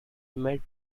met